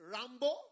Rambo